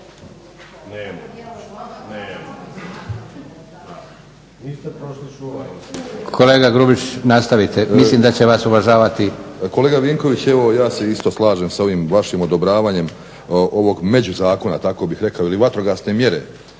Kolega Grubišić nastavite, mislim da će vas uvažavati. **Grubišić, Boro (HDSSB)** Kolega Vinković, evo ja se isto slažem sa ovim vašim odobravanjem ovog međuzakona tako bih rekao ili vatrogasne mjere